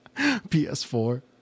PS4